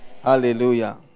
Hallelujah